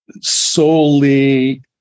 solely